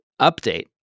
update